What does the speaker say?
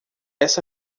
essa